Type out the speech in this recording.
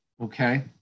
Okay